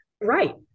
Right